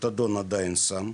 זה עדיין סם,